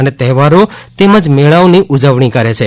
અને તહેવારો તેમજ મેળાઓની ઉજવણી કરે છે